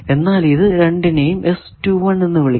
എന്നാൽ ഇത് രണ്ടിനെയും എന്ന് വിളിക്കുന്നു